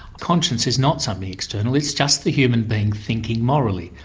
conscience is not something external it's just the human being thinking morally.